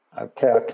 Okay